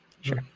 Sure